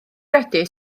credu